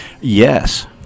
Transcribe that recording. Yes